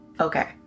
okay